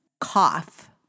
cough